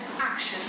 action